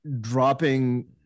dropping